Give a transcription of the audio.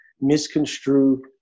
misconstrue